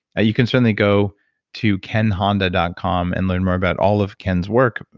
you can certainly go to kenhonda dot com and learn more about all of ken's work.